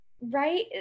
Right